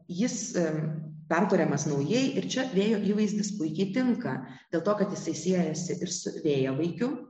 jis perkuriamas naujai ir čia vėjo įvaizdis puikiai tinka dėl to kad jisai siejasi ir su vėjavaikiu